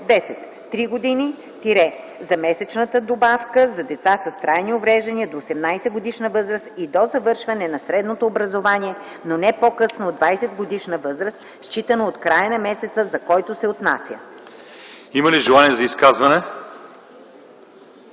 „10. три години – за месечната добавка за деца с трайни увреждания до 18-годишна възраст и до завършване на средното образование, но не по-късно от 20-годишна възраст, считано от края на месеца, за който се отнася.” ПРЕДСЕДАТЕЛ ЛЪЧЕЗАР